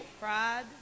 Pride